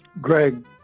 Greg